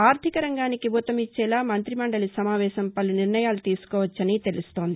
ఆర్థిక రంగానికి ఉంతమిచ్చేలా మంతిమండలి సమావేశం పలు నిర్ణయాలు తీసుకోవచ్చునని తెలుస్తోంది